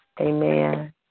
Amen